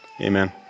amen